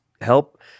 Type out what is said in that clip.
help